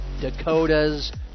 Dakotas